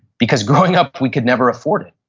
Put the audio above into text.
because growing up we could never afford it.